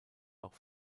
auch